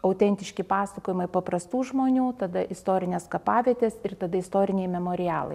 autentiški pasakojimai paprastų žmonių tada istorinės kapavietės ir tada istoriniai memorialai